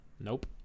nope